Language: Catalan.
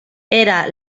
era